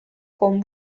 con